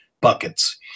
buckets